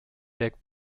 big